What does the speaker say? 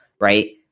right